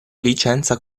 licenza